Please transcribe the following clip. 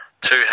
two